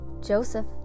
Joseph